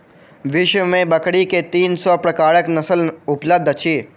विश्व में बकरी के तीन सौ प्रकारक नस्ल उपलब्ध अछि